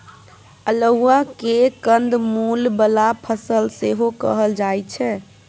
अल्हुआ केँ कंद मुल बला फसल सेहो कहल जाइ छै